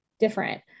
Different